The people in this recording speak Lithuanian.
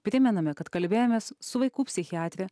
primename kad kalbėjomės su vaikų psichiatre